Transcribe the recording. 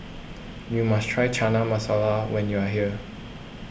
you must try Chana Masala when you are here